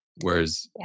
Whereas